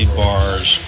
bars